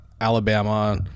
Alabama